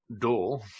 door